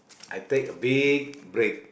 I take a big break